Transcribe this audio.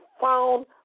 found